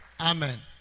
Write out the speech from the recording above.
Amen